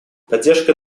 поддержка